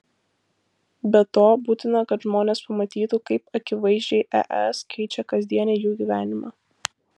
be to būtina kad žmonės pamatytų kaip akivaizdžiai es keičia kasdienį jų gyvenimą